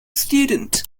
student